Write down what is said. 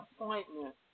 appointment